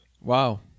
Wow